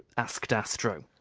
asked astro.